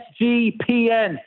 SGPN